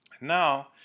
Now